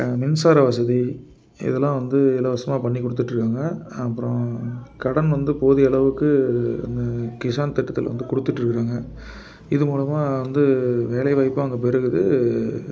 மின்சார வசதி இதெலாம் வந்து இலவசமாக பண்ணிக்கொடுத்துட்டு இருக்காங்க அப்புறம் கடன் வந்து போதிய அளவுக்கு அந்த கிஷான் திட்டத்தில் வந்து கொடுத்துட்டு இருக்கிறாங்க இதுமூலமாக வந்து வேலைவாய்ப்பும் அங்கே பெருகுது